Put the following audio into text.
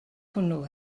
hwnnw